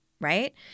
right